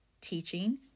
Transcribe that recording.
teaching